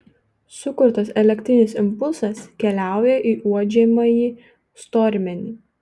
sukurtas elektrinis impulsas keliauja į uodžiamąjį stormenį